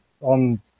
on